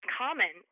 common